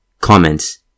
Comments